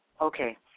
okay